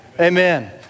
Amen